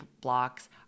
blocks